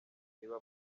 reba